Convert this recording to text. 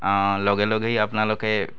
আ লগে লগেই আপোনালোকে